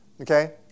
Okay